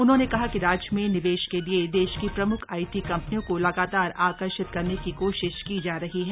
उन्होंने कहा राज्य में निवेश के लिए देश की प्रमुख आईटी कंपनियों को लगातार आकर्षित करने की कोशिश की जा रही है